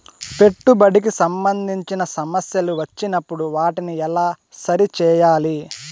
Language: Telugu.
పెట్టుబడికి సంబంధించిన సమస్యలు వచ్చినప్పుడు వాటిని ఎలా సరి చేయాలి?